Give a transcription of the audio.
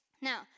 Now